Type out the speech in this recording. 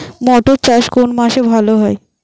মটর চাষ কোন মাসে ভালো হয়?